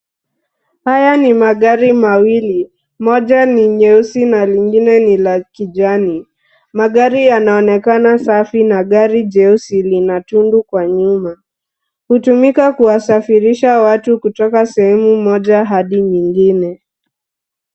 Haya ni magari mawili. Moja ni nyeusi na lingine ni la kijani. Magari yanaonekana safi na gari jeusi linatundu kwa nyuma. Hutumika kuwasafirisha watu kutoka sehemu moja hadi nyingine.